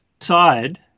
side